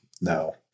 no